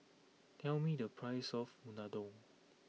tell me the price of Unadon